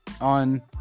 on